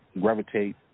Gravitate